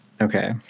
Okay